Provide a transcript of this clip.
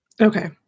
Okay